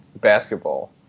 basketball